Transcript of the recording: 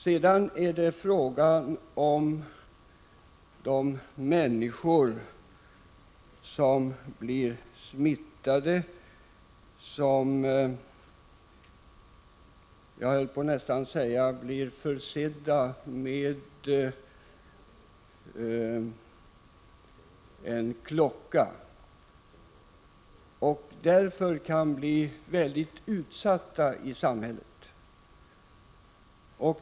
Vidare är det fråga om de människor som blir smittade och som därmed — jag frestas uttrycka det så — känner sig ha en klocka för sina återstående dagar. De kan bli väldigt utsatta i samhället.